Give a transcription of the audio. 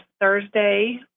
Thursday